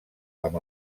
amb